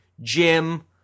Jim